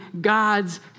God's